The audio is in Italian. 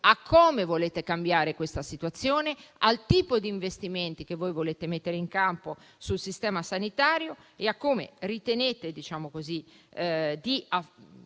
a come volete cambiare questa situazione, al tipo di investimenti che volete mettere in campo sul sistema sanitario e a come ritenete di approcciare